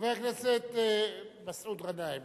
חבר הכנסת מסעוד גנאים,